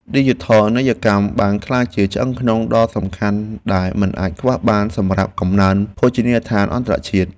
ឌីជីថលនីយកម្មបានក្លាយជាឆ្អឹងខ្នងដ៏សំខាន់ដែលមិនអាចខ្វះបានសម្រាប់កំណើនភោជនីយដ្ឋានអន្តរជាតិ។